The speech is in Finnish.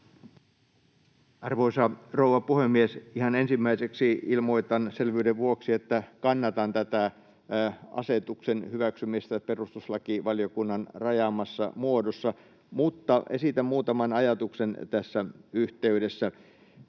Arvoisa rouva puhemies! Ihan ensimmäiseksi ilmoitan selvyyden vuoksi, että kannatan asetuksen hyväksymistä perustuslakivaliokunnan rajaamassa muodossa, mutta esitän muutaman ajatuksen tässä yhteydessä: